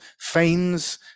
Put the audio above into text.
feigns